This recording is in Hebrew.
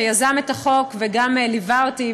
שיזם את החוק וגם ליווה אותי,